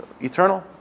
eternal